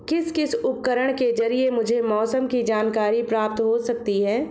किस किस उपकरण के ज़रिए मुझे मौसम की जानकारी प्राप्त हो सकती है?